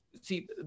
see